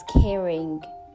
caring